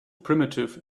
primitive